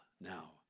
now